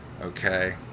Okay